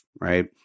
right